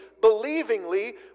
believingly